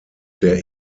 der